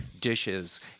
dishes